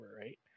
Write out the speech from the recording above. right